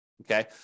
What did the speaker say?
Okay